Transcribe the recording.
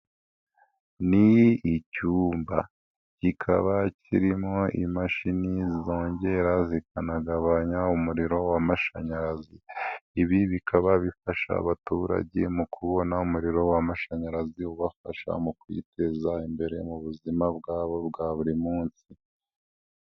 Ni icyumba. Kikaba kirimowo imashini zongera zikanagabanya umuriro w'amashanyarazi. Ibi bikaba bifasha abaturage mu kubona umuriro w'amashanyarazi ubafasha mu kwiteza imbere mu buzima bwabo bwa buri munsi.